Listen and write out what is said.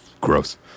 Gross